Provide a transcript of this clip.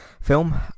film